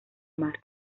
mar